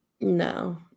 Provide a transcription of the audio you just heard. No